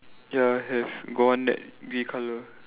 ya have got one net grey colour